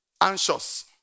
anxious